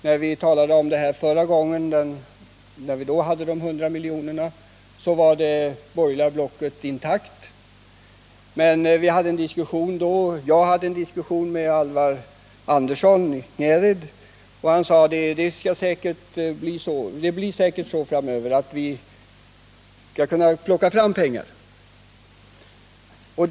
När vi talade om de hundra miljonerna var det borgerliga blocket intakt. Jag hade då en diskussion med Alvar Andersson i Knäred, som sade: Det skall säkert bli så framöver att vi skall kunna plocka fram pengarna.